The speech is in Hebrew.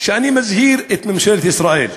אני מזהיר את ממשלת ישראל: